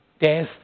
Death